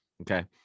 okay